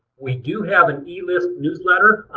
we do have an elist newsletter.